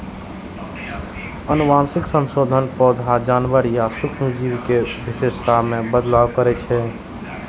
आनुवंशिक संशोधन पौधा, जानवर या सूक्ष्म जीव के विशेषता मे बदलाव करै छै